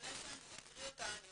לפני שאני אקריא אותה אני